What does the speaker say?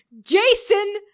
Jason